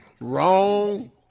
Wrong